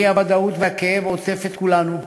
האי-ודאות והכאב עוטפים את כולנו,